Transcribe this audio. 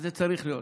וזה צריך להיות.